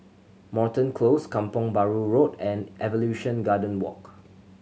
Moreton Close Kampong Bahru Road and Evolution Garden Walk